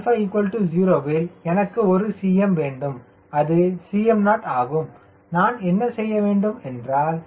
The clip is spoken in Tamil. எனவே 𝛼 0 இல் எனக்கு ஒரு cm வேண்டும் அது cm0 ஆகும் நான் என்ன செய்ய வேண்டும் என்றால்